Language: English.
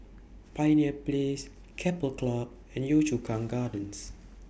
Pioneer Place Keppel Club and Yio Chu Kang Gardens